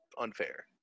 unfair